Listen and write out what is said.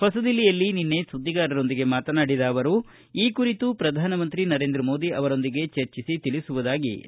ಹೊಸದಿಲ್ಲಿಯಲ್ಲಿ ನಿನ್ನೆ ಸುದ್ನಿಗಾರರೊಂದಿಗೆ ಮಾತನಾಡಿದ ಅವರು ಈ ಕುರಿತು ಪ್ರಧಾನಮಂತ್ರಿ ನರೇಂದ್ರ ಮೋದಿ ಅವರೊಂದಿಗೆ ಚರ್ಚಿಸಿ ತಿಳಿಸುವುದಾಗಿ ಜೆ